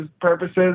purposes